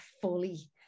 fully